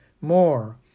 more